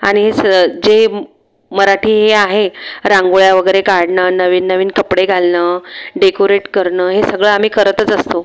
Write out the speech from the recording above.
आणि हे स जे मराठी हे आहे रांगोळ्या वगैरे काढणं नवीन नवीन कपडे घालणं डेकोरेट करणं हे सगळं आम्ही करतच असतो